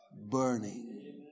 burning